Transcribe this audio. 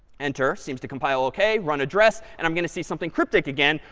enter seems to compile ok run address. and i'm going to see something cryptic again,